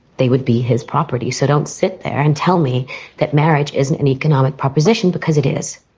they would be his property. so don't sit there and tell me that marriage isn't an economic proposition because it is.